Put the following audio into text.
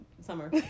summer